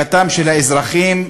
האזרחים,